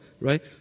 Right